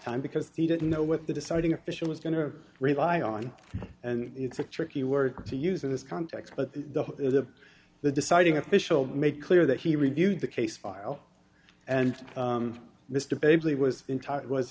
time because he didn't know what the deciding official was going to rely on and it's a tricky word to use in this context but the the deciding official made clear that he reviewed the case file and mr bailey was entire